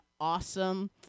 awesome